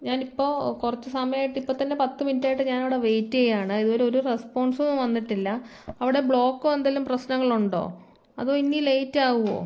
ഞാനിപ്പോൾ കുറച്ചു സമയമായിട്ട് ഇപ്പോൾത്തന്നെ പത്തു മിനിറ്റായിട്ട് ഞാനിവിടെ വെയ്റ്റ് ചെയ്യുകയാണ് ഇതുവരെ ഒരു റെസ്പോൺസും വന്നിട്ടില്ല അവിടെ ബ്ലോക്കോ എന്തെങ്കിലും പ്രശ്നങ്ങളുണ്ടോ അതോ ഇനിയും ലെയ്റ്റ് ആകുമോ